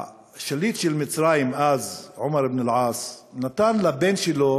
השליט של מצרים אז, עמרו אבן אל-עאץ, נתן לבן שלו